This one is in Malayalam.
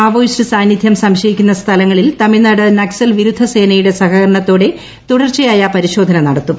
മാവോയിസ്റ്റ് സാന്നിധൃം സംശയിക്കുന്ന സ്ഥലങ്ങളിൽ ്ത്മിഴ്നാട് നക്സൽ വിരുദ്ധ സേനയുടെ സഹകരണത്തോട്ടെ തുടർച്ചയായ പരിശോധന നടത്തും